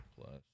plus